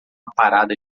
parada